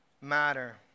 matter